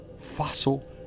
fossil